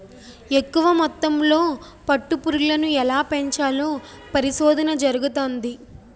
ఎక్కువ మొత్తంలో పట్టు పురుగులను ఎలా పెంచాలో పరిశోధన జరుగుతంది